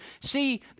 see